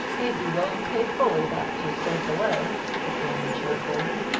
they'd be willing to pay fully that to save delay, said bannon, cheerfully.